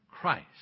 Christ